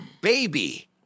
baby